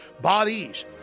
Bodies